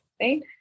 right